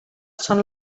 són